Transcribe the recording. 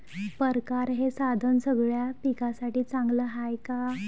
परकारं हे साधन सगळ्या पिकासाठी चांगलं हाये का?